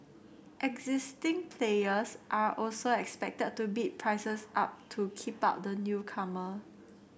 existing players are also expected to bid prices up to keep out the newcomer